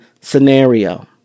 scenario